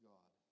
God